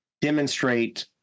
demonstrate